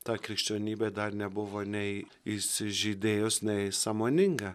ta krikščionybė dar nebuvo nei įsižydėjus nei sąmoninga